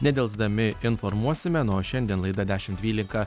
nedelsdami informuosime nu o šiandien laida dešimt dvylika